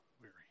weary